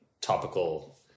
topical